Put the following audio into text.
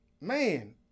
man